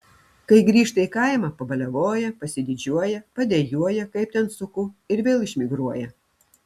kai grįžta į kaimą pabaliavoja pasididžiuoja padejuoja kaip ten suku ir vėl išmigruoja